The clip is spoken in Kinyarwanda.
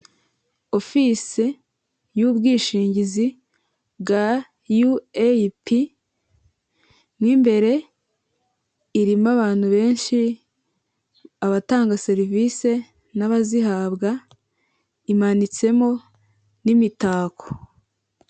Ofisi y'ubwishingizi bwa UAP, imbere irimo abantu benshi abatanga serivisi n'abazihabwa imanitsemo n'imitako.